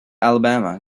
alabama